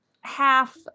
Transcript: half